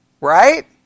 right